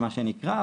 מה שנקרא,